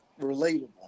relatable